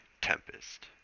Tempest